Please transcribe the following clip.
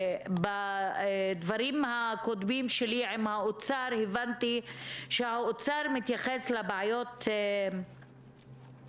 בדברים הקודמים שלי עם האוצר הבנתי שהאוצר מתייחס לבעיות של